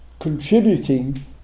contributing